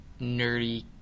nerdy